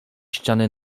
ściany